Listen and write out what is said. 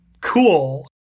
cool